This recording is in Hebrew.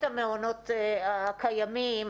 את המעונות הקיימים,